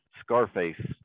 Scarface